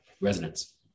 resonance